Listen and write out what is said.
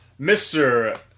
Mr